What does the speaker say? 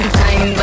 time